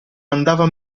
andava